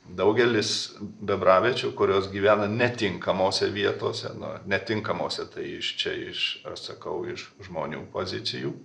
daugelis bebraviečių kurios gyvena netinkamose vietose nu netinkamose tai iš čia iš sakau iš žmonių pozicijų